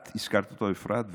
את הזכרת אותו, אפרת,